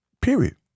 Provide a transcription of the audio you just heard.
Period